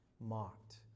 mocked